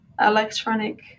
electronic